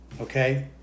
Okay